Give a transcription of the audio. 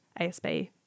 ASB